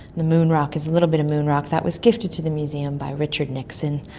the moon rock is a little bit of moon rock that was gifted to the museum by richard nixon.